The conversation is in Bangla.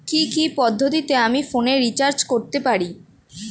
কি কি পদ্ধতিতে আমি ফোনে রিচার্জ করতে পারি?